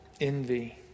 envy